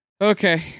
okay